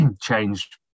Changed